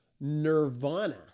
nirvana